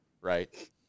right